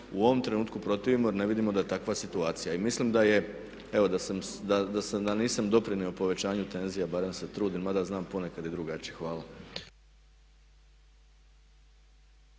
u ovom trenutku protivimo jer ne vidimo da je takva situacija. I mislim da je evo da nisam doprinio povećanju tenzija, barem se trudim, mada znam ponekad i drugačije. Hvala.